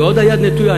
ועוד היד נטויה.